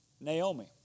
Naomi